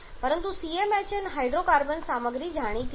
પરંતુ CmHn hydrocarbon સામગ્રી જાણીતી છે